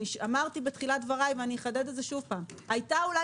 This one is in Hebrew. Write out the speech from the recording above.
אני אמרתי בתחילת דבריי ואני אחדד את זה שוב: הייתה אולי